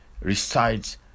recites